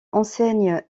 enseigne